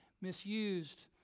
misused